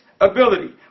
ability